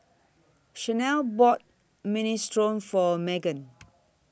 Shanelle bought Minestrone For Meggan